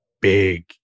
big